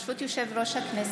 ברשות יושב-ראש הכנסת,